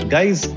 Guys